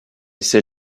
ces